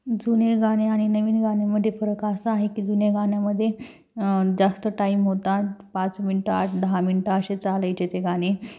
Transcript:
जुने गाणे आणि नवीन गाण्यांमध्ये फरक आसा आहे की जुने गाण्यामध्ये जास्त टाईम होता पाच मिनटं आठ दहा मिनटं असे चालायचे ते गाणे